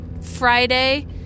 friday